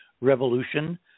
revolution